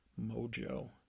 mojo